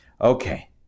Okay